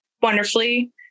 wonderfully